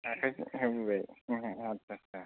आखाइखौ आवग्रिबााय आथसा आथसा